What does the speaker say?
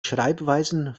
schreibweisen